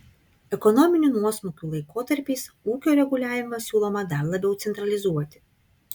ekonominių nuosmukių laikotarpiais ūkio reguliavimą siūloma dar labiau centralizuoti